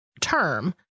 term